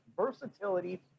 Versatility